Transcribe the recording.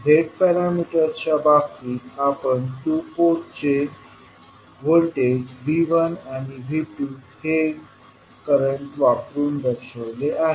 z पॅरामीटर्सच्या बाबतीत आपण टू पोर्टवर चे व्होल्टेज V1आणि V2 हे करंट वापरून दर्शवले आहे